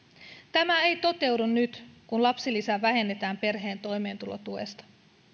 tämä ei toteudu nyt kun lapsilisä vähennetään perheen toimeentulotuesta